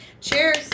Cheers